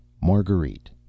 Marguerite